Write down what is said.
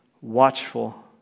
watchful